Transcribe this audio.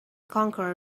conquer